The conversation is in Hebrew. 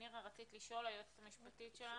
נירה, היועצת המשפטית שלנו,